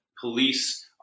police